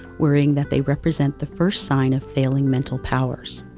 worrying that they represent the first sign of failing mental powers.